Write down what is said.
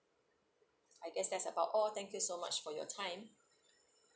I guess that's about all thank you so much for your time